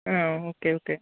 ம் okay okay